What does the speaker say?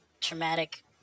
traumatic